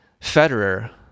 Federer